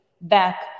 back